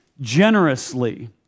generously